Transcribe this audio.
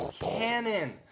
Cannon